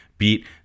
beat